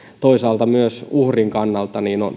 toisaalta myös uhrin kannalta